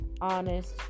honest